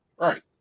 right